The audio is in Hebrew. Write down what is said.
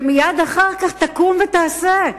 ומייד אחר כך קום ועשה.